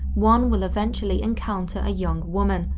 one will eventually encounter a young woman,